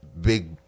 big